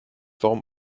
warum